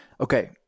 Okay